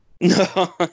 No